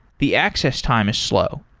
the access time is slow.